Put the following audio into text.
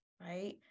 right